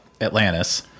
Atlantis